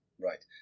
right